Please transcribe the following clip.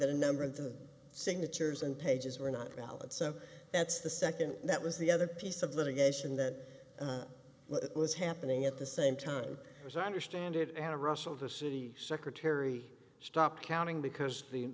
that a number of the signatures and pages were not valid so that's the second that was the other piece of litigation that was happening at the same time as i understand it and russell the city secretary stopped counting because the